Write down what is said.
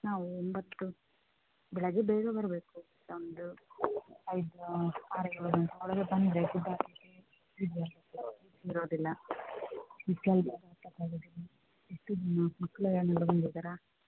ನಾವು ಒಂಬತ್ತು ಬೆಳಗ್ಗೆ ಬೇಗ ಬರಬೇಕು ತಮ್ಮದು ಐದು ಆರು ಏಳು ಗಂಟೆ ಒಳಗೆ ಬಂದರೆ ಇರೋದಿಲ್ಲ ಮಕ್ಕಳು ಏನಾದ್ರು ಬಂದಿದ್ದಾರೆ